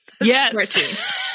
Yes